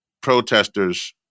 protesters